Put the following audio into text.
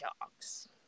dogs